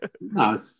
No